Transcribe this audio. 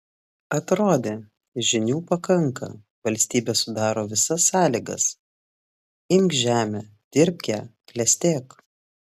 atrodė žinių pakanka valstybė sudaro visas sąlygas imk žemę dirbk ją klestėk